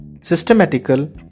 Systematical